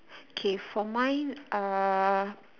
okay for mine uh